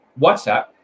WhatsApp